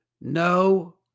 No